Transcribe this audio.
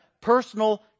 personal